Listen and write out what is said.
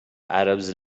arabs